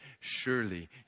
surely